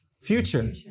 Future